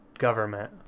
government